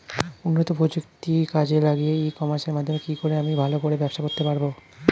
উন্নত প্রযুক্তি কাজে লাগিয়ে ই কমার্সের মাধ্যমে কি করে আমি ভালো করে ব্যবসা করতে পারব?